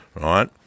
right